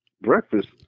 Breakfast